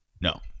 No